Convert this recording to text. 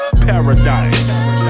Paradise